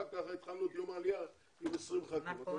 כי כך התחלנו את יום העלייה עם 20 חברי כנסת.